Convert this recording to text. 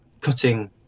cutting